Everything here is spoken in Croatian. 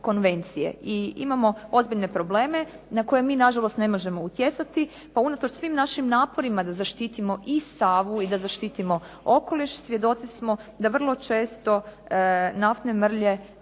I imamo ozbiljnije probleme na koje mi na žalost ne možemo utjecati, pa unatoč svim našim naporima da zaštitimo i Savu i da zaštitimo okoliš svjedoci smo da vrlo često naftne mrlje iz